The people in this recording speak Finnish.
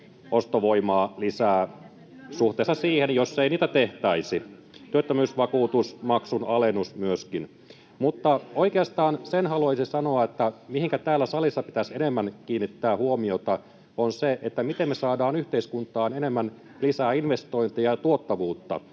ostovoimaa lisää suhteessa siihen, jos ei niitä tehtäisi. Työttömyysvakuutusmaksun alennus tulee myöskin. Mutta oikeastaan sen haluaisin sanoa, että se, mihinkä täällä salissa pitäisi enemmän kiinnittää huomiota, on että miten me saadaan yhteiskuntaan lisää investointeja ja tuottavuutta,